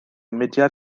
mudiad